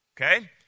Okay